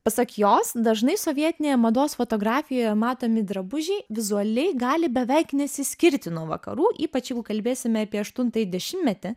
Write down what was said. pasak jos dažnai sovietinėje mados fotografijoje matomi drabužiai vizualiai gali beveik nesiskirti nuo vakarų ypač jeigu kalbėsime apie aštuntąjį dešimtmetį